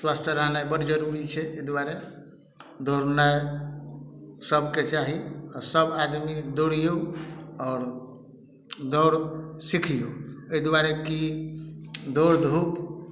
स्वस्थ रहनाइ बड जरूरी छै एहि दुआरे दौड़नाइ सबके चाही आ सब आदमी दौड़ियौ आओर दौड़ सीखियौ एहि दुआरे की दौड़ धूप